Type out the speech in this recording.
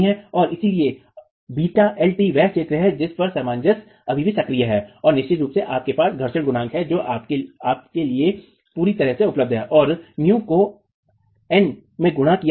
और इसलिए βlt वह क्षेत्र है जिस पर सामंजस्य अभी भी सक्रिय है और निश्चित रूप से आपके पास घर्षण गुणांक है जो आपके लिए पूरी तरह से उपलब्ध है और μ को N में गुणा किया जाता है